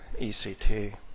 ECT